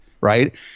right